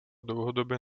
dlouhodobě